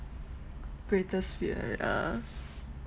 greatest fear uh